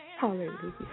Hallelujah